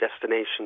destination